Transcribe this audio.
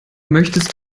möchtest